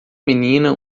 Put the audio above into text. menina